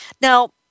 Now